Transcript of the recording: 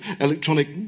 electronic